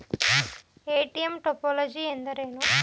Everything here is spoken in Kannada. ಎ.ಟಿ.ಎಂ ಟೋಪೋಲಜಿ ಎಂದರೇನು?